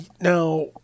Now